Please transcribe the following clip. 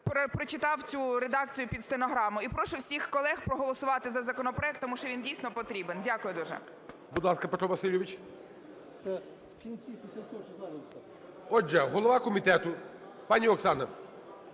прочитав цю редакцію під стенограму. І прошу всіх колег проголосувати за законопроект, тому що він дійсно потрібен. Дякую дуже.